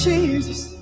Jesus